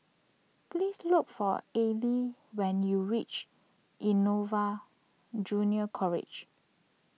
please look for Allie when you reach Innova Junior College